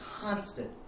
constant